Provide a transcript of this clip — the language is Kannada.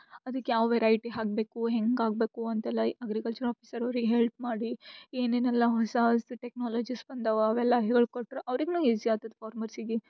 ಅದಕ್ಕೆ ಯಾವ ವೆರೈಟಿ ಹಾಕಬೇಕು ಹೆಂಗೆ ಆಗಬೇಕು ಅಂತೆಲ್ಲ ಅಗ್ರಿಕಲ್ಚರ್ ಆಫೀಸರು ಅವ್ರಿಗೆ ಹೆಲ್ಪ್ ಮಾಡಿ ಏನೇನೆಲ್ಲ ಹೊಸ ಹೊಸ ಟೆಕ್ನಾಲಜಿಸ್ ಬಂದಾವ ಅವೆಲ್ಲ ಹೇಳ್ಕೊಟ್ರೆ ಅವ್ರಿಗೂ ಈಸಿ ಆತತ್ ಫಾರ್ಮರ್ಸಿಗೆ